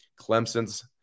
Clemson's